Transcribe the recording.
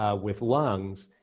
ah with lungs,